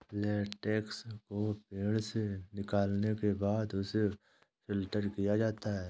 latex को पेड़ से निकालने के बाद उसे फ़िल्टर किया जाता है